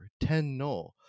Tenno